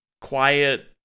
quiet